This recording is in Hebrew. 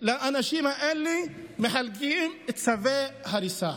לאנשים האלה, מחלקים צווי הריסה.